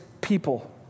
people